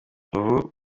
uko